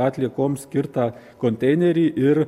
atliekoms skirtą konteinerį ir